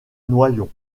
noyon